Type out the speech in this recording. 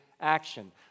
action